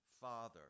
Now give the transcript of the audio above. father